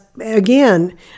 again